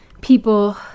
people